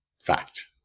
fact